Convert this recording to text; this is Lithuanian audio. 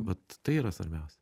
bet tai yra svarbiausia